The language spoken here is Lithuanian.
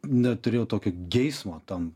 neturėjau tokio geismo tam